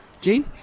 gene